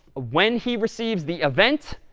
ah when he receives the event,